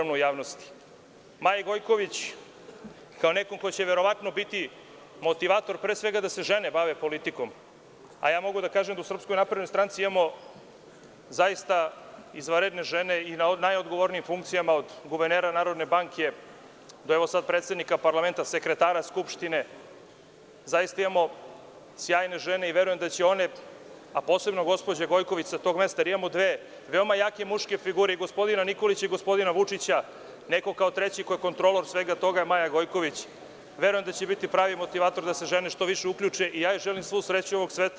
Maji Gojković, kao nekom ko će verovatno biti motivator, pre svega da se žene bave politikom, a mogu da kažem da u SNS imamo zaista izvanredne žene i na najodgovornijim funkcijama, od guvernera Narodne banke do, evo, sada predsednika parlamenta i sekretara Skupštine, zaista imamo sjajne žene i verujem da će one, a posebno gospođa Gojković sa tog mesta, jer imamo dve veoma jake muške figure, gospodina Nikolića i gospodina Vučića, neko kao treći ko je kontrolor svega toga je Maja Gojković, te verujem da će biti pravi motivator da se žene što više uključe i ja joj želim svu sreću ovog sveta.